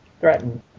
threatened